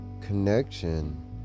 connection